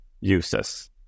uses